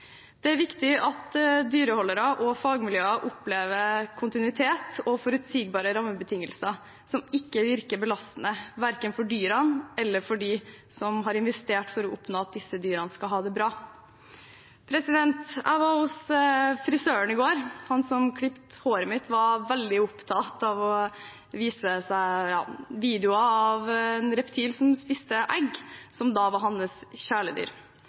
Det er viktig at dyreholdere og fagmiljøer opplever kontinuitet og forutsigbare rammebetingelser som ikke virker belastende verken for dyrene eller for dem som har investert for å oppnå at disse dyrene skal ha det bra. Jeg var hos frisøren i går. Han som klipte håret mitt, var veldig opptatt av å vise videoer av et reptil – hans kjæledyr – som spiste egg.